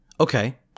Okay